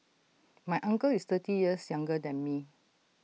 my uncle is thirty years younger than me